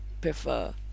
prefer